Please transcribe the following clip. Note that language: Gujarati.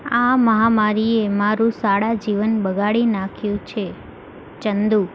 આ મહામારીએ મારું શાળા જીવન બગાડી નાંખ્યું છે ચંદુ